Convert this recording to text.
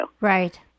Right